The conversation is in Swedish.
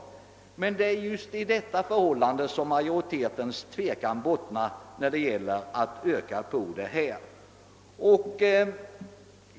Det vill inte heller majoriteten, och just i detta förhållande bottnar dess tvekan inför en ökning på detta område.